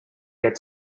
get